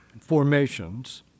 formations